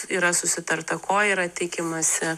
yra susitarta ko yra tikimasi